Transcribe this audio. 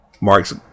mark's